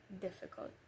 difficult